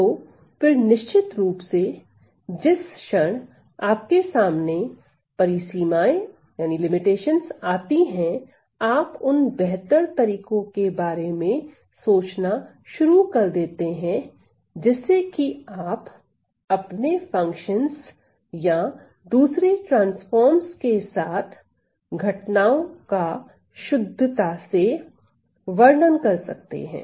तो फिर निश्चित रूप से जिस क्षण आपके सामने परिसीमाये आती हैं आप उन बेहतर तरीकों के बारे में सोचना शुरू कर देते हैं जिससे कि आप अपने फंक्शंस या दूसरे ट्रांसफॉर्म्स के साथ घटनाओं का शुद्धता से वर्णन कर सकते हैं